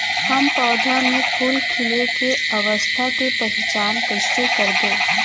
हम पौधा मे फूल खिले के अवस्था के पहिचान कईसे करबो